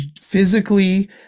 physically